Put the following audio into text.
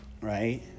right